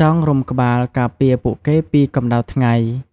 ចងរុំក្បាលការពារពួកគេពីកម្ដៅថ្ងៃ។